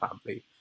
family